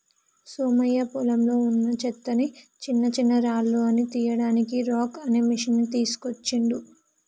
సోమయ్య పొలంలో వున్నా చెత్తని చిన్నచిన్నరాళ్లు అన్ని తీయడానికి రాక్ అనే మెషిన్ తీస్కోచిండు